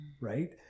right